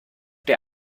der